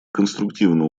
конструктивно